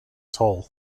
toll